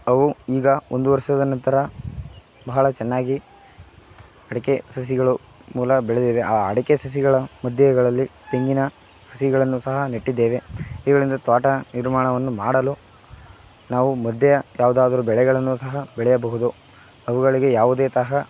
ಅವು ಈಗ ಒಂದು ವರ್ಷದ ನಂತರ ಬಹಳ ಚೆನ್ನಾಗಿ ಅಡಿಕೆ ಸಸಿಗಳು ಮುಲ ಬೆಳೆದಿದೆ ಆ ಅಡಿಕೆ ಸಸಿಗಳ ಮಧ್ಯಗಳಲ್ಲಿ ತೆಂಗಿನ ಸಸಿಗಳನ್ನು ಸಹ ನೆಟ್ಟಿದ್ದೇವೆ ಇವುಗಳಿಂದ ತೋಟ ನಿರ್ಮಾಣವನ್ನು ಮಾಡಲು ನಾವು ಮಧ್ಯ ಯಾವುದಾದರೂ ಬೆಳೆಗಳನ್ನು ಸಹ ಬೆಳೆಯಬಹುದು ಅವುಗಳಿಗೆ ಯಾವುದೇ ತರಹ